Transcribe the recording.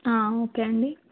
okay అండి